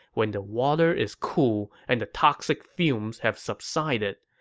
when the water is cool and the toxic fumes have subsided.